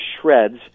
shreds